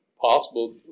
possible